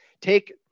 Take